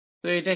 তো এটা কি